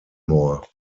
more